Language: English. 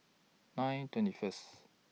nine twenty First